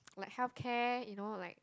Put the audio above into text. like healthcare you know like